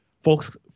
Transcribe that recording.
folks